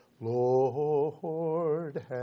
Lord